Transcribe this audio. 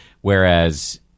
Whereas